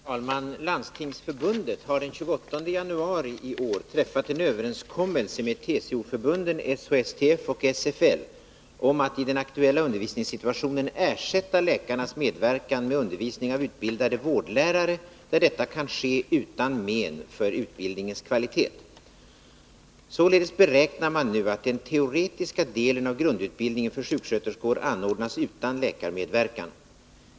Herr talman! Landstingsförbundet har den 28 januari i år träffat en överenskommelse med TCO-förbunden SHSTF och SFL om att i den aktuella undervisningssituationen ersätta läkarnas medverkan med undervisning av utbildade vårdlärare, där detta kan ske utan men för utbildningens kvalitet. Således beräknar man nu att den teoretiska delen av grundutbildningen för sjuksköterskor anordnas utan läkarmedverkan.